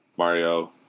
Mario